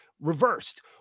reversed